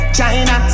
China